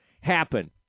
happen